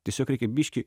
tiesiog reikia biškį